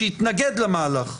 שהתנגד למהלך,